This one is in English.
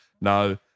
No